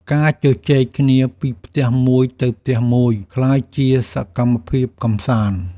ការជជែកគ្នាពីផ្ទះមួយទៅផ្ទះមួយ ក្លាយជាសកម្មភាពកម្សាន្ត។